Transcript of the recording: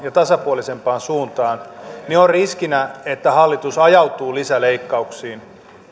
ja tasapuolisempaan suuntaan niin on riskinä että hallitus ajautuu lisäleikkauksiin